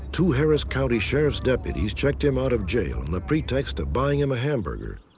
two harris county sheriff's deputies checked him out of jail on the pretext of buying him a hamburger.